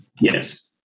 Yes